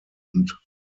und